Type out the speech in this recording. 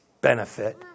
benefit